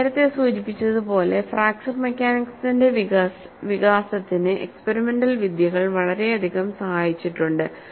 ഞാൻ നേരത്തെ സൂചിപ്പിച്ചതുപോലെ ഫ്രാക്ചർ മെക്കാനിക്സിന്റെ വികാസത്തിന് എക്സ്പെരിമെന്റൽ വിദ്യകൾ വളരെയധികം സഹായിച്ചിട്ടുണ്ട്